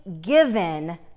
given